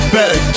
Better